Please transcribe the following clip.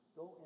go